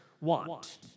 want